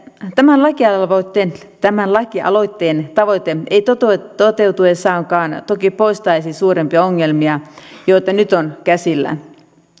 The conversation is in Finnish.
tämän lakialoitteen tämän lakialoitteen tavoite ei toteutuessaankaan toki poistaisi suurempia ongelmia joita nyt on käsillä